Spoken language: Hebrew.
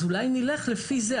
אולי נלך לפי זה.